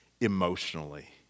emotionally